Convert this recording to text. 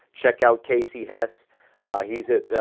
check out, casey hass he's at,